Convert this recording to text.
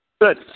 Good